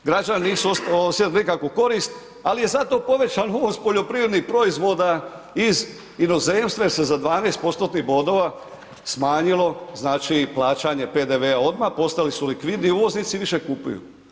Građani nisu osjetili nikakvu korist, ali je zato povećan uvoz poljoprivrednih proizvoda iz inozemstva jer se za 12%-nih bodova smanjilo plaćanje PDV-a odmah, postali su likvidni, uvoznici više kupuju.